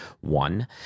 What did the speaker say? one